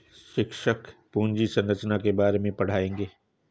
शिक्षक पूंजी संरचना के बारे में पढ़ाएंगे